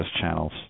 channels